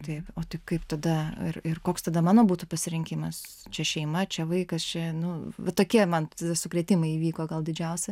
taip o tai kaip tada ir ir koks tada mano būtų pasirinkimas čia šeima čia vaikas čia nu va tokie man sukrėtimai įvyko gal didžiausi